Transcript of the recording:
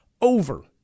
over